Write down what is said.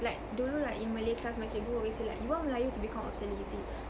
like dulu like in malay class my cikgu always say like you want melayu to become obsolete is it